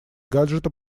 гаджета